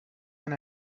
and